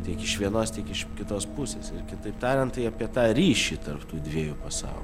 tiek iš vienos tiek iš kitos pusės ir kitaip tariant tai apie tą ryšį tarp tų dviejų pasaulių